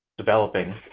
developing